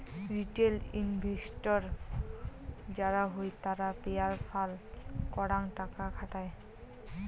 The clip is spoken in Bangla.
রিটেল ইনভেস্টর যারা হই তারা পেরায় ফাল করাং টাকা খাটায়